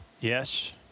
Yes